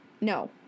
No